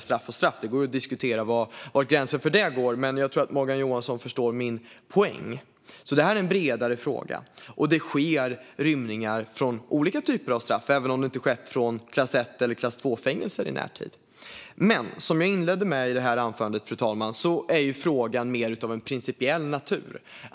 Straff och straff - det går att diskutera var gränsen för det går, men jag tror att Morgan Johansson förstår min poäng. Det här är alltså en bredare fråga. Det sker rymningar från olika typer av straff, även om det inte skett från klass 1 eller klass 2-fängelser i närtid. Men som jag inledde detta anförande med att säga är frågan av mer principiell natur.